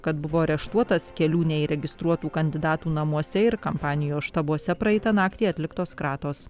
kad buvo areštuotas kelių neįregistruotų kandidatų namuose ir kampanijos štabuose praeitą naktį atliktos kratos